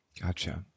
Gotcha